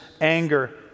anger